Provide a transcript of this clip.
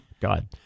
God